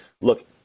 Look